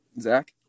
Zach